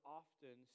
often